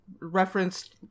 referenced